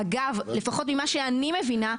אגב, לפחות ממה שאני מבינה,